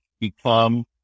become